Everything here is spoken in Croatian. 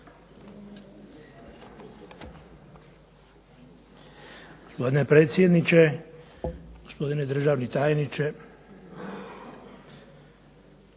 Hvala.